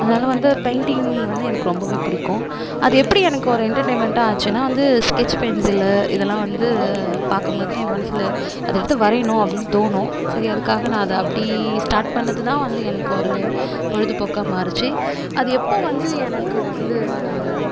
அதனாலே வந்து பெயிண்டிங் வந்து எனக்கு ரொம்பவே பிடிக்கும் அது எப்படி எனக்கு ஒரு என்டர்டெய்ன்மெண்ட்டாக ஆச்சுன்னா வந்து ஸ்கெட்ச் பென்சிலு இதுலாம் வந்து பார்க்கும்போது என் மனசில் அதை எடுத்து வரையணும் அப்படினு தோணும் சரி அதுக்காக நான் அதை அப்படி ஸ்டார்ட் பண்ணிணதுதான் வந்து எனக்கு ஒரு பொழுதுபோக்காக மாறுச்சு அது எப்போ வந்து எனக்கு வந்து